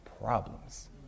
problems